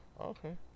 Okay